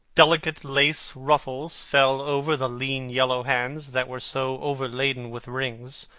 delicate lace ruffles fell over the lean yellow hands that were so overladen with rings.